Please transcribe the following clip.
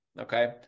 okay